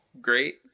great